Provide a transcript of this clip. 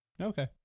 Okay